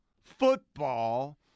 football